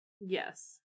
Yes